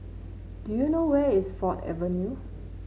do you know where is Ford Avenue